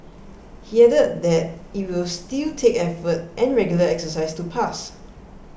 he added that it will still take effort and regular exercise to pass